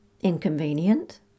Inconvenient